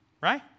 right